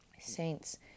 saints